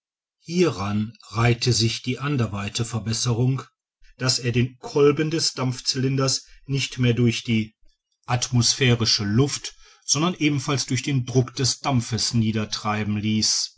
hieran reihte sich die anderweite verbesserung daß er den kolben des dampfcylinders nicht mehr durch die atmosphärische luft sondern ebenfalls durch den druck des dampfes niedertreiben ließ